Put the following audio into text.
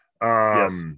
Yes